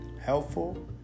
helpful